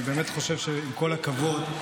אני באמת חושב שעם כל הכבוד,